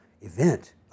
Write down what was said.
event